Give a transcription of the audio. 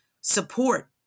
support